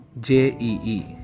J-E-E